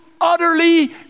utterly